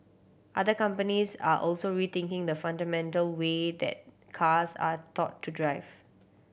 other companies are also rethinking the fundamental way that cars are taught to drive